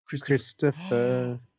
Christopher